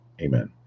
Amen